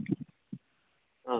ആ